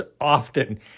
often